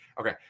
okay